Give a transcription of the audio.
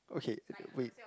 okay uh wait